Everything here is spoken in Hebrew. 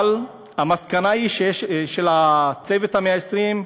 אבל המסקנה מ"צוות 120 הימים"